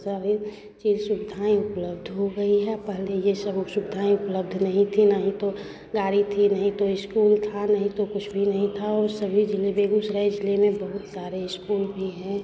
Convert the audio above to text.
सभी चीज़ सुविधाएँ उपलब्ध हो गई है पहले यह सब वह सुविधाएँ उपलब्ध नहीं थी ना ही तो गाड़ी थी ना ही तो इस्कूल था नहीं तो कुछ भी नहीं था और सभी ज़िले बेगूसराय ज़िले में बहुत सारे इस्कूल भी हैं